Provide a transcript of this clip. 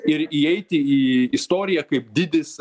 ir įeiti į istoriją kaip didis